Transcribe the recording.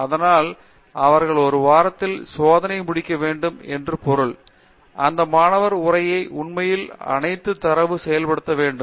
அதனால் அவர்கள் ஒரு வாரதில் சோதனை முடிக்க வேண்டும் என்று பொருள் அந்த மாணவர் உரை உண்மையில் அனைத்து தரவு செயல்படுத்த வேண்டும்